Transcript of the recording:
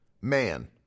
man